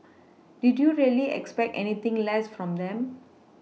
did you really expect anything less from them